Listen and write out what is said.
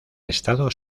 estado